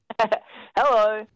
Hello